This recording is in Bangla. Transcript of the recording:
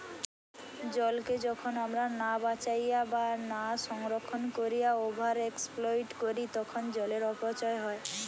জলকে যখন আমরা না বাঁচাইয়া বা না সংরক্ষণ কোরিয়া ওভার এক্সপ্লইট করি তখন জলের অপচয় হয়